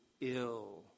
ill